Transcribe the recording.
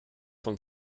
von